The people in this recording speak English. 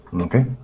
Okay